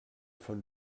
von